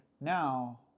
Now